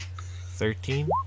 Thirteen